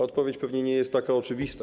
Odpowiedź pewnie nie jest taka oczywista.